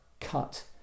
cut